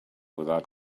without